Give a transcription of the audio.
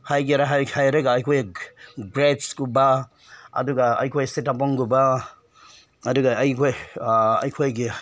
ꯍꯥꯏꯒꯦꯔ ꯍꯥꯏ ꯍꯥꯏꯔꯒ ꯑꯩꯈꯣꯏ ꯒ꯭ꯔꯦꯞꯁꯀꯨꯝꯕ ꯑꯗꯨꯒ ꯑꯩꯈꯣꯏ ꯁꯤꯇꯥꯕꯣꯟꯒꯨꯝꯕ ꯑꯗꯨꯒ ꯑꯩꯈꯣꯏ ꯑꯩꯈꯣꯏꯒꯤ